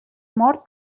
mort